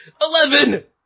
Eleven